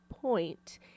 point